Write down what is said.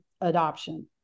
adoption